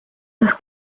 des